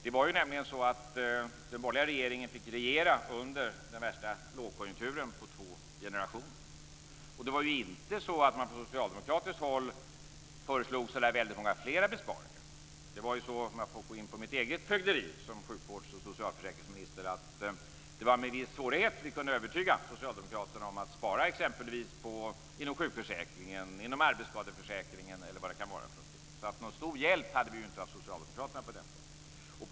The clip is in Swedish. Det var nämligen så att den borgerliga regeringen fick regera under den värsta lågkonjunkturen på två generationer. Det var inte så att man från socialdemokratiskt håll föreslog så väldigt många fler besparingar. Det var ju så, om jag får gå in på mitt eget fögderi som sjukvårds och socialförsäkringsminister, att det var med en viss svårighet vi kunde övertyga socialdemokraterna om att spara exempelvis inom sjukförsäkringen, inom arbetsskadeförsäkringen eller vad det kan ha varit för någonting. Någon stor hjälp hade vi inte av socialdemokraterna på den punkten.